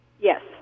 Yes